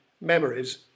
memories